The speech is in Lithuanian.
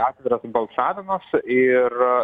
atviras balsavimas ir